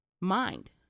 mind